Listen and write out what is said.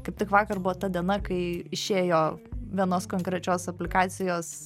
kaip tik vakar buvo ta diena kai išėjo vienos konkrečios aplikacijos